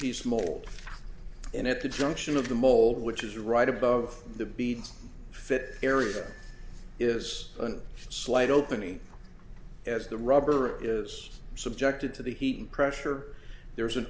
piece mole in at the junction of the mole which is right above the beads fit area is a slight opening as the rubber is subjected to the heat and pressure there is an